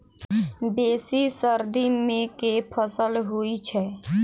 बेसी सर्दी मे केँ फसल होइ छै?